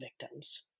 victims